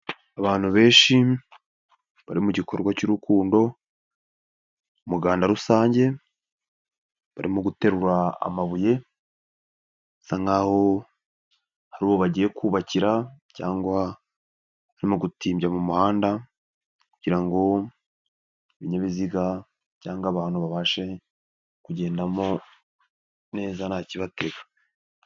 Abantu benshi bari mu gikorwa cy'urukundo, mu muganda rusange, barimo guterura amabuye, bisa nk'aho ari uwo bagiye kubakira, cyangwa barimo gutinda mu muhanda, kugira ngo ibinyabiziga cyangwa abantu, babashe kugendamo neza ntakibatega.